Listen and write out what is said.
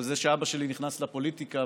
לזה שאבא שלי נכנס לפוליטיקה,